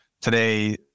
today